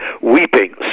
weeping